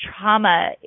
trauma